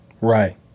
right